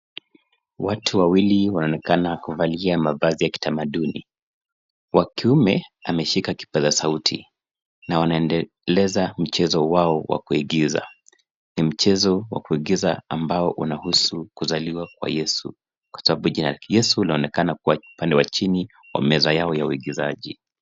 Watu wawili wanaonekana kuvalia mavazi ya kitamaduni. Wa kiume ameshika kipaza sauti na wanaendeleza mchezo wao wa kuigiza. Ni mchezo wa kuigiza ambao unahusu kuzaliwa kwa Yesu. Kwa sababu jina la Yesu linaonekana kwa upande wa chini wa meza yao ya uigizaji.